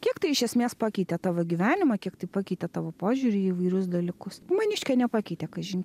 kiek tai iš esmės pakeitė tavo gyvenimą kiek tai pakeitė tavo požiūrį į įvairius dalykus maniškio nepakeitė kažin